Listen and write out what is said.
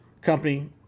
company